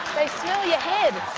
smell your head.